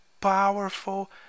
powerful